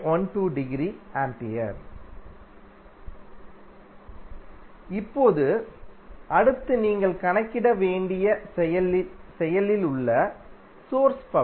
12◦ A இப்போது அடுத்து நீங்கள் கணக்கிட வேண்டிய செயலில் உள்ள சோர்ஸ்பவர்